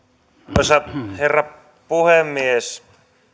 arvoisa herra puhemies